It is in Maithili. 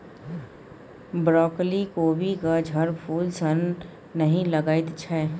ब्रॉकली कोबीक झड़फूल सन नहि लगैत छै